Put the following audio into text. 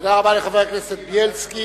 תודה רבה לחבר הכנסת בילסקי,